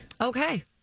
Okay